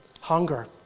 hunger